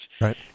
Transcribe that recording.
Right